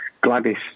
Gladys